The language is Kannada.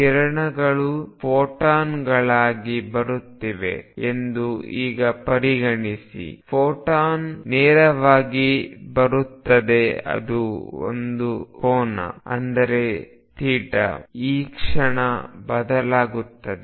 ಕಿರಣಗಳು ಫೋಟಾನ್ಗಳಾಗಿ ಬರುತ್ತಿವೆ ಎಂದು ಈಗ ಪರಿಗಣಿಸಿ ಫೋಟಾನ್ ನೇರವಾಗಿ ಬರುತ್ತದೆ ಅದು ಒಂದು ಕೋನ ಅಂದರೆ ಈ ಕ್ಷಣ ಬದಲಾಗುತ್ತದೆ